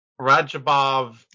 Rajabov